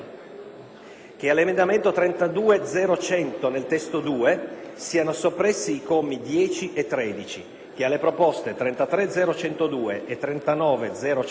che all'emendamento 32.0.100 (testo 2) siano soppressi i commi 10 e 13; - che alle proposte 33.0.102 e 39.0.100